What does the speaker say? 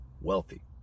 wealthy